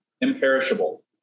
imperishable